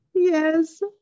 Yes